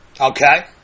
Okay